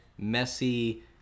messy